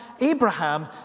Abraham